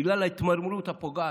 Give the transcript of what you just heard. בגלל ההתמרמרות הפוגעת.